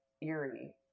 eerie